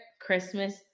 christmas